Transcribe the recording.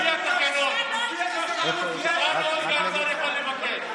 לפי התקנון, סגן שר יכול לבקש.